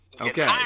okay